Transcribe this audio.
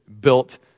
built